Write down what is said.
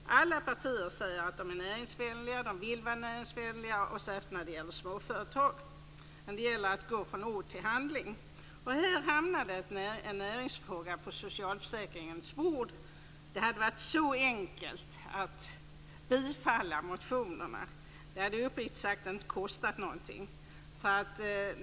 Alla partier säger att de är näringsvänliga. De vill vara näringsvänliga, särskilt när det gäller småföretag. Men det gäller att gå från ord till handling. Här hamnade en näringsfråga på socialförsäkringens bord. Det hade varit så enkelt att tillstyrka motionerna. Det hade uppriktigt sagt inte kostat någonting.